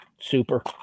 super